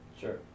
Sure